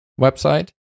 website